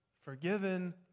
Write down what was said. forgiven